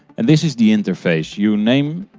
and this is the interface. you name